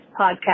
podcast